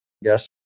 yes